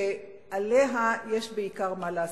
שבה יש בעיקר מה לעשות,